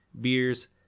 beers